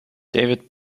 david